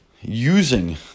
using